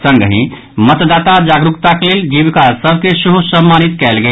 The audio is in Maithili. संगहि मतदाता जागरूकताक लेल जीविका सभ के सेहो सम्मानित कयल गेल